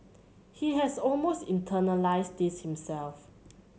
he has almost internalised this himself